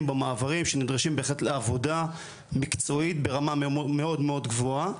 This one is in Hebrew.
במעברים שנדרשים לעבודה מקצועית ברמה מאוד מאוד גבוהה,